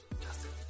Justin